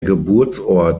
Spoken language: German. geburtsort